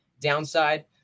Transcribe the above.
Downside